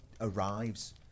arrives